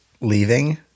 leaving